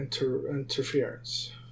interference